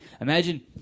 Imagine